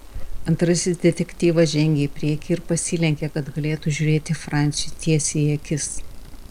antrasis detektyvas žengė į priekį ir pasilenkė kad galėtų žiūrėti franciui tiesiai į akis